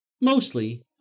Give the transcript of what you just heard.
Mostly